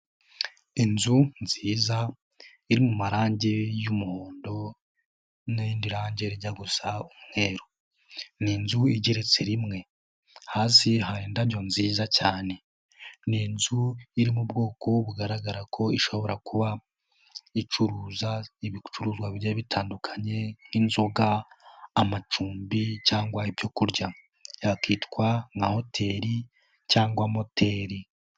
Inzu nziza iri mu marangi y'umuhondo n'irindi rangi rijya gusa umweru. Ni inzu igeretse rimwe, hasi hari indabyo nziza cyane. Ni inzu iri mu bwoko bugaragara ko ishobora kuba icuruza ibicuruzwa biba bitandukanye: nk'inzoga, amacumbi cyangwa ibyo kurya yakitwa nka hoteli cyangwa moteli.